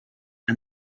and